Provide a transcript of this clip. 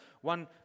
one